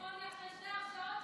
איזוק אלקטרוני,